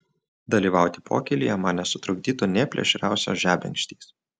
dalyvauti pokylyje man nesutrukdytų nė plėšriausios žebenkštys